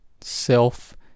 self